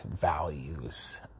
values